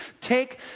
take